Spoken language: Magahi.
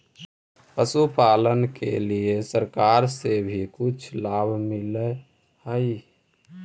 पशुपालन के लिए सरकार से भी कुछ लाभ मिलै हई?